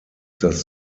das